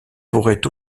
pourrait